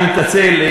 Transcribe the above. אני מתנצל,